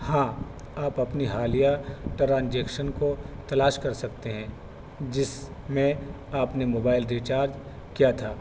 ہاں آپ اپنی حالیہ ٹرانجیکشن کو تلاش کر سکتے ہیں جس میں آپ نے موبائل ریچارج کیا تھا